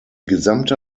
gesamte